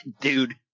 dude